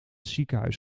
ziekenhuis